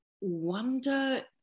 wonder